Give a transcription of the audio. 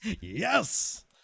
Yes